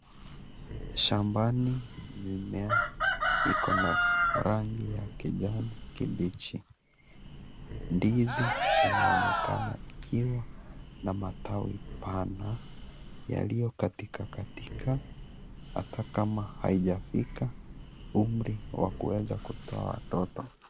Shambani, mimea, iko na rangi ya kijani, kibichi, ndizi inaonekana, ikiwa na matawi, mapana, ilio katikakatika hata kama, haijafika umri wakueza kutoa watoto.